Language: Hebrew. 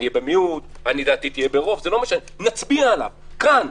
אני במיעוט, ברוב נצביע עליו, כאן.